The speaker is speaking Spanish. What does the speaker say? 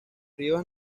rivas